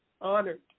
honored